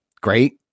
great